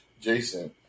Jason